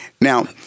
Now